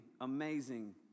amazing